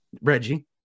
Reggie